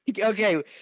okay